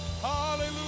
Hallelujah